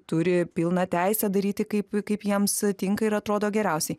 turi pilną teisę daryti kaip kaip jiems tinka ir atrodo geriausiai